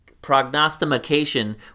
Prognostication